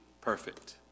perfect